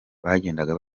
bagendaga